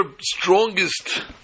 strongest